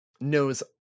knows